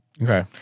Okay